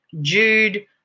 Jude